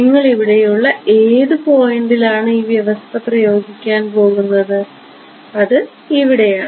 നിങ്ങൾ ഇവിടെയുള്ള ഏതു പോയിൻറ്ലാണ് ആണ് ഈ വ്യവസ്ഥ പ്രയോഗിക്കാൻ പോകുന്നത് അത് ഇവിടെയാണ്